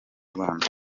rwanda